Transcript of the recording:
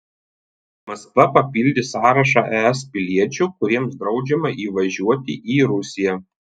maskva papildė sąrašą es piliečių kuriems draudžiama įvažiuoti į rusiją